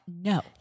No